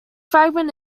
fragment